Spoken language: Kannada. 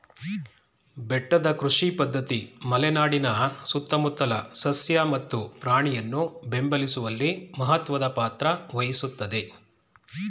ಬೆಟ್ಟದ ಕೃಷಿ ಪದ್ಧತಿ ಮಲೆನಾಡಿನ ಸುತ್ತಮುತ್ತಲ ಸಸ್ಯ ಮತ್ತು ಪ್ರಾಣಿಯನ್ನು ಬೆಂಬಲಿಸುವಲ್ಲಿ ಮಹತ್ವದ್ ಪಾತ್ರ ವಹಿಸುತ್ವೆ